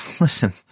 listen